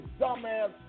dumbass